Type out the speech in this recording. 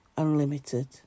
Unlimited